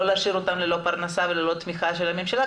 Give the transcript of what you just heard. לא להשאיר אותם ללא פרנסה וללא תמיכה של הממשלה,